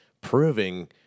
proving